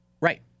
Right